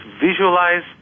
visualize